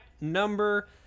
number